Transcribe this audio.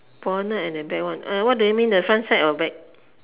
bonnet and the back one uh what do you mean the front side or back